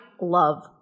love